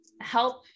help